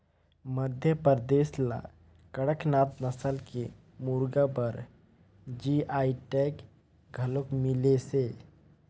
मध्यपरदेस ल कड़कनाथ नसल के मुरगा बर जी.आई टैग घलोक मिलिसे